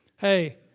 Hey